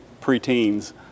preteens